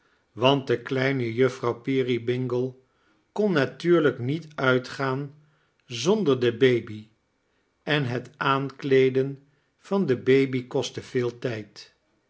want de kleine juffrouw peeryibingle kon natuurlijk niet uitgaan zonder de baby en het aankleeden van de baby kostte veel